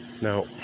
Now